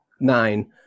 nine